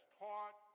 taught